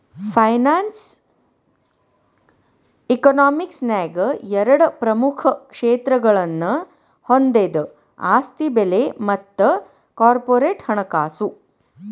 finance economics ನ್ಯಾಗ ಎರಡ ಪ್ರಮುಖ ಕ್ಷೇತ್ರಗಳನ್ನ ಹೊಂದೆದ ಆಸ್ತಿ ಬೆಲೆ ಮತ್ತ ಕಾರ್ಪೊರೇಟ್ ಹಣಕಾಸು